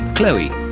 Chloe